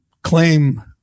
claim